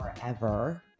Forever